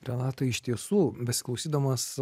renata iš tiesų besiklausydamas